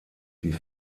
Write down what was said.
die